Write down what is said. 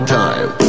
time